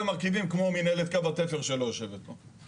מרכיבים כמו מינהלת את קו התפר שלא יושבת פה,